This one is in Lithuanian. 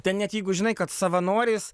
ten net jeigu žinai kad savanoris